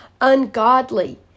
ungodly